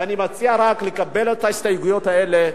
ואני מציע, רק, לקבל את ההסתייגויות האלה.